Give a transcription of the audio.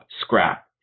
scrap